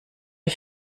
ihr